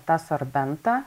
tą sorbentą